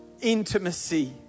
intimacy